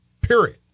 period